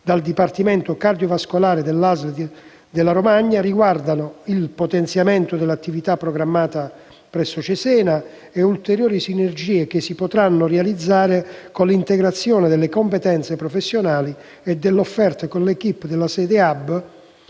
dal dipartimento cardiovascolare dell'ASL della Romagna riguardano il potenziamento dell'attività programmata presso Cesena e ulteriori sinergie che si potranno realizzare con l'integrazione delle competenze professionali e dell'offerta con l'*équipe* della sede